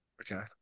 okay